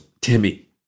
Timmy